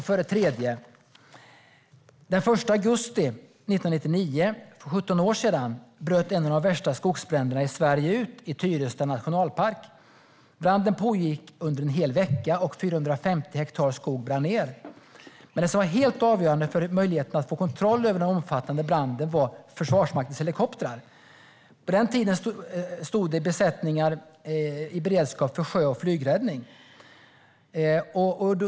För det tredje: Den 1 augusti 1999, för 17 år sedan, bröt en av de värsta skogsbränderna i Sverige ut i Tyresta nationalpark. Branden pågick en hel vecka, och 450 hektar skog brann ned. Det som var helt avgörande för möjligheten att få kontroll över den omfattande branden var Försvarsmaktens helikoptrar. På den tiden stod det besättningar i beredskap för sjö som flygräddning.